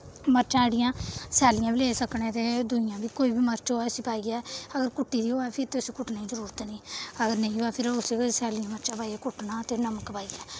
मर्चां जेह्ड़ियां सैल्लियां बी लेई सकने ते दूइयां बी कोई बी मर्च होऐ उसी पाइये अगर कुट्टी दी होऐ फिर ते उसी कुट्टने दी जरूरत निं अगर नेईं होऐ फिर उसी सैल्लियां मर्चां पाइये कुट्टना ते नमक पाइये